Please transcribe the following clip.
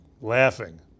laughing